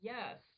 Yes